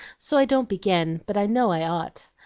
so i don't begin, but i know i ought.